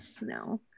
No